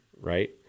right